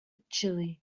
chile